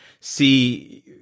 see